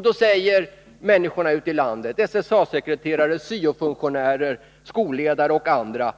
Då säger människorna ute i landet — SSA sekreterare, syo-funktionärer, skolledare och andra: